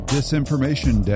Disinformation